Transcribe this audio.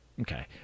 Okay